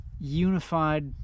unified